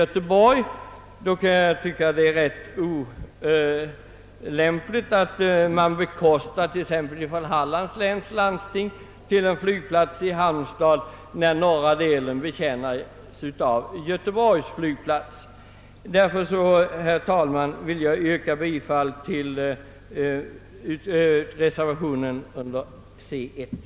Jag tycker det är rätt egendomligt att Hallands läns landsting bekostar en flygplats i Halmstad, när den norra landstingsdelen betjänas av Göteborgs flygplats. Därför, herr talman, vill jag yrka bifall till reservationen c 1.